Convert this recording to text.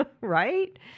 right